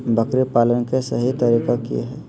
बकरी पालन के सही तरीका की हय?